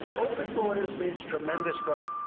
open borders means tremendous crime.